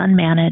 unmanaged